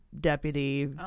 deputy